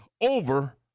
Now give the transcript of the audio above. over